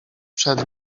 przed